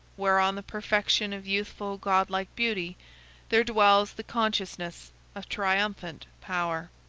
where on the perfection of youthful godlike beauty there dwells the consciousness of triumphant power.